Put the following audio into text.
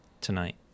tonight